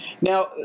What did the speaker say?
Now